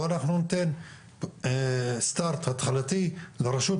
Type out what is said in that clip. בוא אנחנו ניתן סטארט התחלתי לרשות,